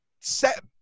set